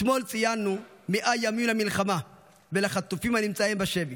אתמול ציינו 100 ימים למלחמה ולחטופים הנמצאים בשבי.